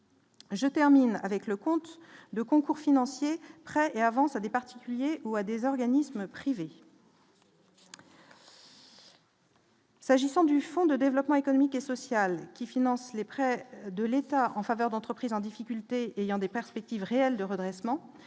Je termine avec le comte de concours financiers prêts et avances à des particuliers ou à des organismes privés. S'agissant du Fonds de développement économique et social qui finance les prêts de l'État en faveur d'entreprises en difficulté ayant des perspectives réelles de redressement